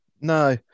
No